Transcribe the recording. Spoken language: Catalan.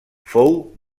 fou